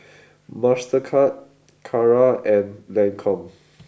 Mastercard Kara and Lancome